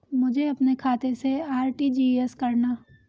मुझे अपने खाते से आर.टी.जी.एस करना?